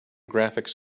graphics